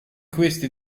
queste